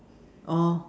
or